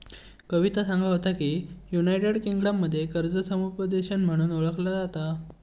कविता सांगा होता की, युनायटेड किंगडममध्ये कर्ज समुपदेशन म्हणून ओळखला जाता